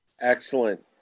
Excellent